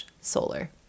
solar